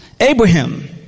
Abraham